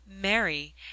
mary